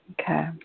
Okay